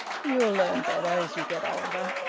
you'll learn better as you get older.